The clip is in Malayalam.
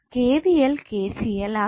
KVL KCL ആകാം